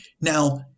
now